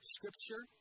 Scripture